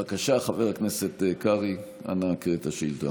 בבקשה, חבר הכנסת קרעי, אנא קרא את השאילתה.